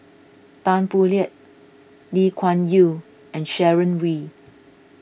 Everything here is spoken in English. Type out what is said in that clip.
Tan Boo Liat Lee Kuan Yew and Sharon Wee